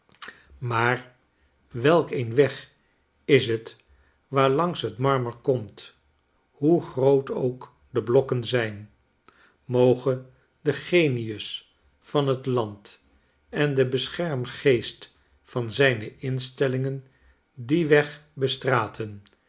maar welk een weg is het waarlangs het marmer komt hoe groot ook de blokkenzijn moge de genius van het land en de beschermgeest van zijne instellingen dien weg bestraten